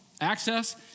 access